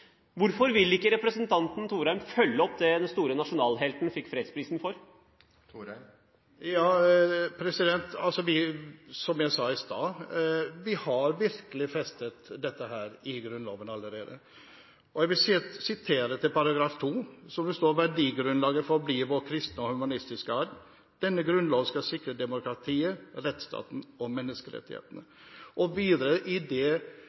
Hvorfor vil ikke representanten Thorheim følge opp det den store nasjonalhelten fikk fredsprisen for? Som jeg sa i stad: Vi har virkelig festet dette i Grunnloven allerede. Jeg vil sitere § 2, hvor det står: «Verdigrunnlaget forblir vår kristne og humanistiske arv. Denne grunnlov skal sikre demokratiet, rettsstaten og menneskerettighetene.» Videre, i den paragrafen som kommer til i dag – og jeg regner med det